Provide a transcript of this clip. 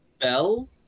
Bell